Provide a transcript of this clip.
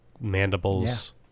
mandibles